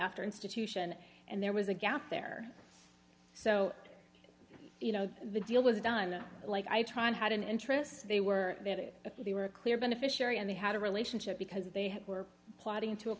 after institution and there was a gap there so you know the deal was done like i try and had an interest they were that they were a clear beneficiary and they had a relationship because they were plotting to a